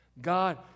God